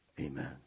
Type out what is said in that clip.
Amen